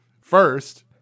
first